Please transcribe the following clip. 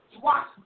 Watch